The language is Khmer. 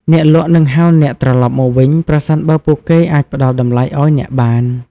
អ្នកលក់នឹងហៅអ្នកត្រឡប់មកវិញ ប្រសិនបើពួកគេអាចផ្តល់តម្លៃឱ្យអ្នកបាន។